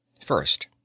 First